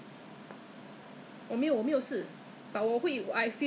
我就 anyhow you know so at the end you know what happen I double use